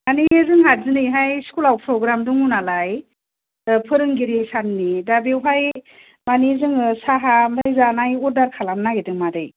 माने जोंहा दिनैहाय स्कुल आव प्रग्राम दङ नालाय फोरोंगिरि साननि दा बेवहाय माने जोङो साहा ओमफ्राय जानाय अर्डार खालामनो नागिरदों मादै